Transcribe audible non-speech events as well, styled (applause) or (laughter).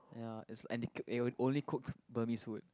ya is and they (noise) only cook Burmese food